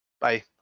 Bye